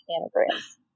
anagrams